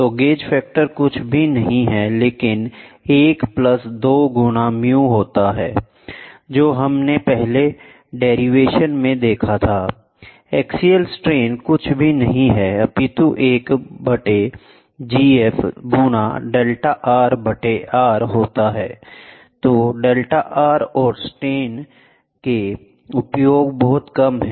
तो gauge factor कुछ भी नहीं है लेकिन 1 प्लस 2 गुना म्यू होता हैI जो हमने पहले डेरिवेशन में देखा थाI एक्सियल स्ट्रेन कुछ भी नहीं है अपितु एक बटे G F गुना डेल्टा R बटे R होता हैI तो डेल्टा R और स्ट्रेन के उपयोग बहुत कम हैं